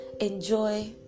enjoy